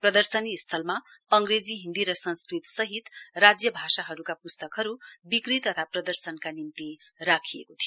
प्रदर्शनी स्थलमा अंग्रेजी हिन्दी संस्कृत सहित राज्य भाषाहरुका पुस्तकहरु विक्री तथा प्रदर्शनका निम्ति राखिएको थियो